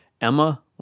emma